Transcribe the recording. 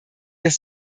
dass